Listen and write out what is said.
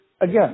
again